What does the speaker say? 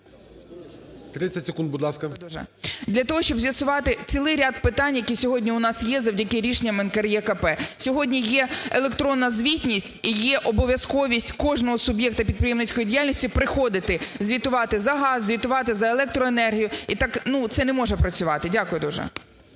10 секунд, будь ласка.